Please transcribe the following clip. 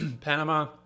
panama